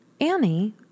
Annie